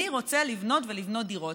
אני רוצה לבנות ולבנות דירות.